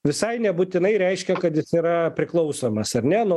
visai nebūtinai reiškia kad jis yra priklausomas ar ne nuo